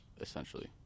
essentially